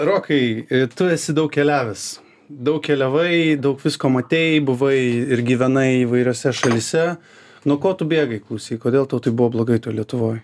rokai tu esi daug keliavęs daug keliavai daug visko matei buvai ir gyvenai įvairiose šalyse nuo ko tu bėgai klausyk kodėl tau buvo blogai toj lietuvoj